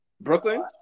Brooklyn